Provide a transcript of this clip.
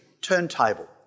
turntable